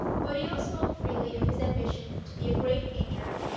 murillo spoke freely of his ambition to be a great painter,